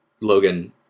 logan